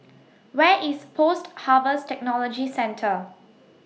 Where IS Post Harvest Technology Centre